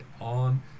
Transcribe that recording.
on